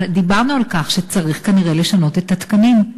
אבל דיברנו על כך שצריך כנראה לשנות את התקנים.